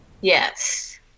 Yes